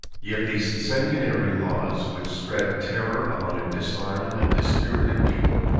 yet these sanguinary laws, which spread terror among a disarmed and dispirited people,